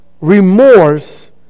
remorse